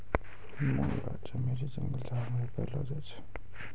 मुंगा चमेली जंगल झाड़ मे भी पैलो जाय छै